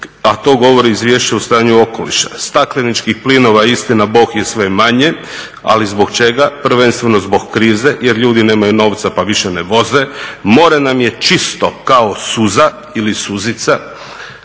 a to govori izvješće o stanju okoliša. Stakleničkih plinova, istina Bog je sve manje, ali zbog čega? Prvenstveno zbog krize jer ljudi nemaju novaca pa više ne voze. More nam je čisto kao suza ili suzica,